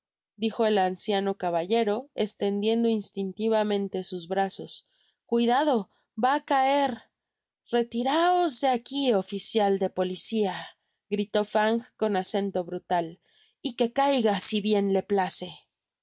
depoliciajdijo el anciano caballero estendiendo instintivamente sus brazoscuidado vá á caer retiraos de aqui oficial de policia gritó fang con acento brutal y que caiga si bien le place